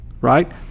Right